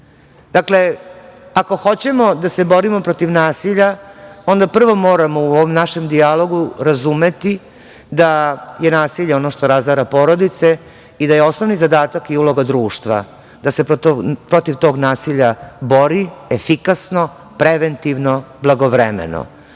sinovi. Dakle, ako hoćemo da se borimo protiv nasilja onda prvo moramo u ovom našem dijalogu razumeti da je nasilje ono što razara porodice i da je osnovni zadatak i uloga društva da se protiv tog nasilja bori efikasno, preventivno, blagovremeno. Odredbe